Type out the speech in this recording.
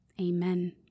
Amen